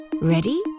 Ready